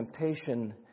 temptation